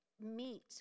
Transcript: meet